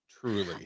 Truly